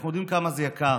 אנחנו יודעים כמה זה יקר.